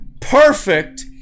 perfect